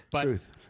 Truth